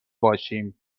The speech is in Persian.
باشیم